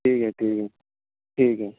ٹھیک ہے ٹھیک ہے ٹھیک ہے